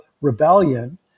rebellion